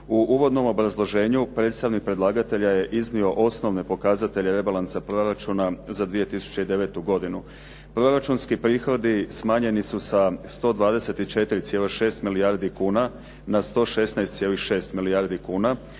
U uvodnom obrazloženju predstavnik predlagatelja je iznio osnovne pokazatelje Rebalansa proračuna za 2009. godinu. Proračunski prihodi smanjeni su sa 124,6 milijardi kuna na 116,6 milijardi kuna,